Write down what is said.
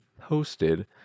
posted